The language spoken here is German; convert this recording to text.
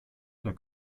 der